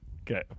Okay